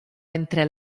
entre